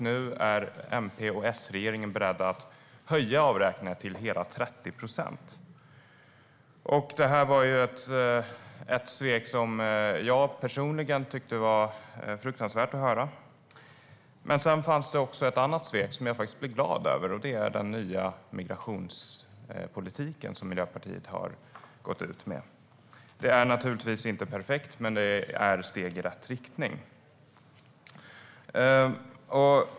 Nu är MP-S-regeringen beredd att höja avräkningen till hela 30 procent. Detta var ett svek som jag personligen tyckte var fruktansvärt att höra. Men sedan fanns det också att annat svek som jag faktiskt blev glad över. Det är den nya migrationspolitiken som Miljöpartiet har gått ut med. Det är naturligtvis inte perfekt, men det är steg i rätt riktning.